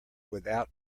without